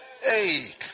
Hey